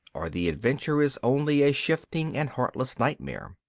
or the adventure is only a shifting and heartless nightmare.